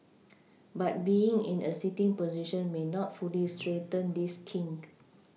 but being in a sitting position may not fully straighten this kink